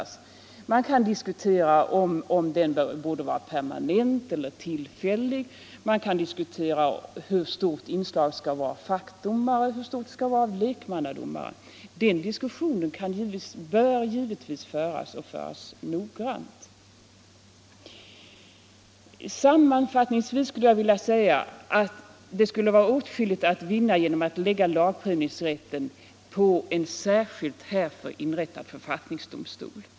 Man kan diskutera om den borde vara permanent eller tillfällig, och man kan diskutera hur stort inslaget skall vara av fackdomare resp. lekmannadomare. Den diskussionen bör givetvis föras och föras noggrant. Sammanfattningsvis skulle jag vilja säga att det vore åtskilligt att vinna 129 genom att lägga lagprövningsrätten på en härför särskilt inrättad författningsdomstol.